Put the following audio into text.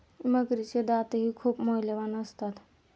मगरीचे दातही खूप मौल्यवान असतात